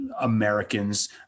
Americans